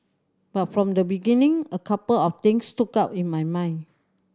but from the beginning a couple of things stood out in my mind